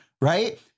right